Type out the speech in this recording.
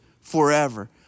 forever